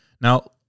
Now